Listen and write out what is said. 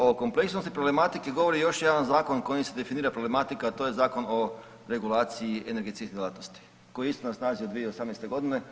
O kompleksnosti problematike govori još jedan zakon kojim se definira problematika, a to je Zakon o regulaciji energetskih djelatnosti koji je isto na snazi od 2018. godine.